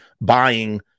buying